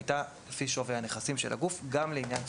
הייתה לפי שווי הנכסים של הגוף גם לעניין סולקים.